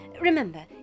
Remember